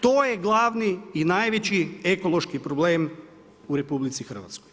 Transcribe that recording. To je glavni i najveći ekološki problem u RH.